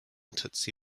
tutsi